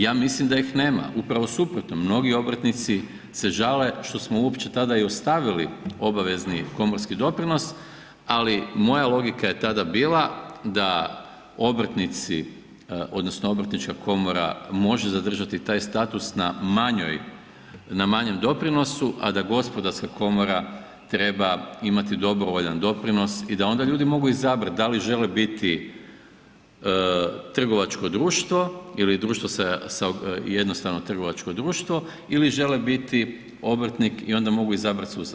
Ja mislim da ih nema, upravo suprotno, mnogi obrtnici se žali što smo uopće tada i ostavili obavezni komorski doprinos, ali moja logika je tada bila da obrtnici, odnosno obrtnička komora može zadržati taj status na manjem doprinosu, a da gospodarska komora treba imati dobrovoljan doprinos i da onda ljudi mogu izabrati, da li žele biti trgovačko društvo ili društvo sa, jednostavno trgovačko društvo ili žele biti obrtnik i onda mogu izabrati sustav.